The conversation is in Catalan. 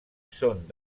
són